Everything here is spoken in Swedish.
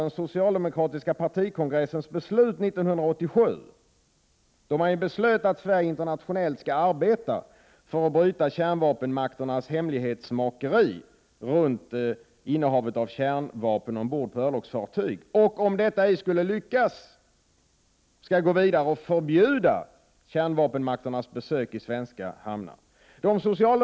Den socialdemokratiska partikongressen beslöt ju 1987 att Sverige internationellt skall arbeta för att bryta kärnvapenmakternas hemlighetsmakeri runt innehavet av kärnvapen ombord på örlogsfartyg. Och om detta inte skulle lyckas skall man gå vidare och förbjuda kärnvapenmakternas besök i svenska hamnar.